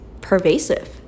pervasive